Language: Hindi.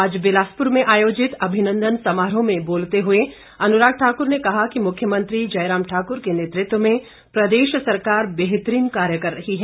आज बिलासपुर में आयोजित अभिनंदन समारोह में बोलते हुए अनुराग ठाकुर ने कहा कि मुख्यमंत्री जयराम ठाकुर के नेतृत्व में प्रदेश सरकार बेहतरीन कार्य कर रही है